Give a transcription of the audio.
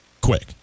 quick